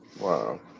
Wow